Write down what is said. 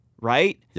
Right